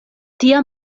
tia